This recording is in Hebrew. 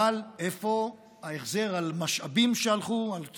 אבל איפה ההחזר על משאבים שהלכו, על ציוד,